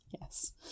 Yes